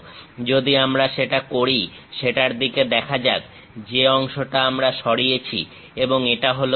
যদি আমরা সেটা করি সেটার দিকে দেখা যাক যে অংশটা আমরা সরিয়েছি এবং এটা হলো ফাঁকা